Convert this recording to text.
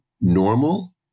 normal